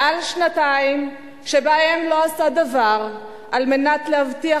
מעל שנתיים שבהן לא עשה דבר על מנת להבטיח